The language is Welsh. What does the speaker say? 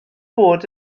bod